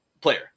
player